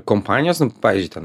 kompanijos pavyzdžiui ten